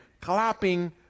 clapping